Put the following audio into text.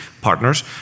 partners